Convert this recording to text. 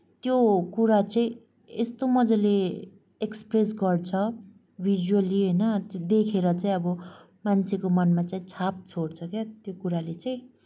त्यो कुरा चाहिँ यस्तो मजाले एक्सप्रेस गर्छ भिजुवल्ली होइन त्यो देखेर चाहिँ अब मान्छेको मनमा चाहिँ छाप छोड्छ के त्यो कुराले चाहिँ